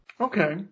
Okay